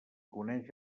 coneix